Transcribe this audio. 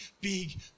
big